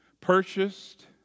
purchased